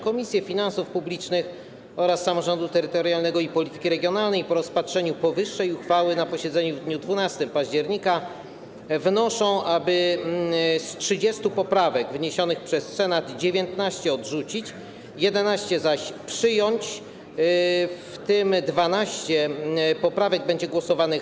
Komisje: Finansów Publicznych oraz Samorządu Terytorialnego i Polityki Regionalnej po rozpatrzeniu powyższej uchwały na posiedzeniu w dniu 12 października wnoszą, aby z 30 poprawek wniesionych przez Senat 19 odrzucić, 11 zaś przyjąć, w tym nad 12 poprawkami będziemy głosować łącznie.